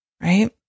right